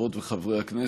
חברות וחברי הכנסת,